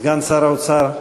סגן שר האוצר,